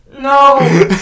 No